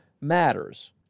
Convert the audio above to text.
matters